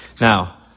Now